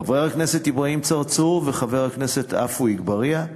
חבר הכנסת אברהים צרצור וחבר הכנסת עפו אגבאריה.